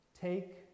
Take